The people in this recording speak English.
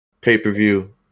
pay-per-view